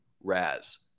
Raz